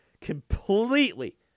completely